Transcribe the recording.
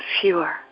fewer